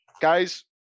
Guys